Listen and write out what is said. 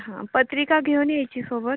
हां पत्रिका घेऊन यायची सोबत